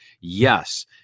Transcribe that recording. Yes